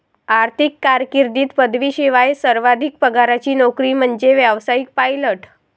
आर्थिक कारकीर्दीत पदवीशिवाय सर्वाधिक पगाराची नोकरी म्हणजे व्यावसायिक पायलट